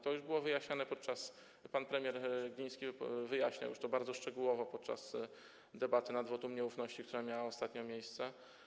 To już było wyjaśniane, pan premier Gliński wyjaśniał już to bardzo szczegółowo podczas debaty nad wotum nieufności, która miała ostatnio miejsce.